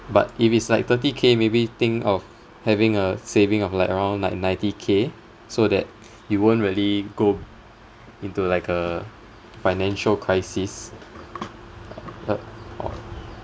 but if it's like thirty K maybe think of having a saving of like around like ninety K so that you won't really go into like a financial crisis